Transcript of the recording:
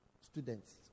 students